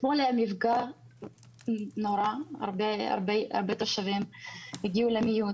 אתמול היה מפגע נורא, הרבה תושבים הגיעו למיון.